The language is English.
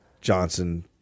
Johnson